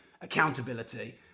accountability